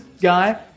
guy